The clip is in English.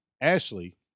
Ashley